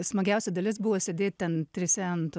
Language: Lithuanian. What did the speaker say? smagiausia dalis buvo sėdėt ten trise ant